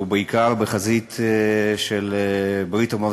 ובעיקר בחזית של ברית-המועצות,